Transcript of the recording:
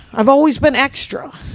i've always been extra.